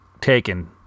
taken